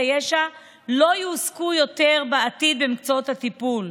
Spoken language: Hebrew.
ישע לא יועסקו יותר בעתיד במקצועות הטיפול.